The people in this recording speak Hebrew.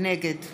נגד